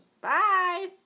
Bye